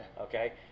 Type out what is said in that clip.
Okay